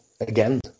again